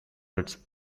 its